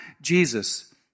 Jesus